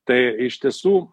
tai iš tiesų